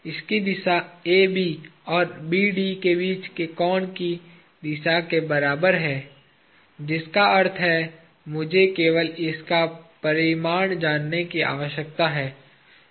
इसकी दिशा AB और BD के बीच के कोण की दिशा के बराबर है जिसका अर्थ है मुझे केवल इसका परिमाण जानने की आवश्यकता है